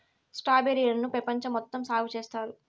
strawberry లను పెపంచం మొత్తం సాగు చేత్తారు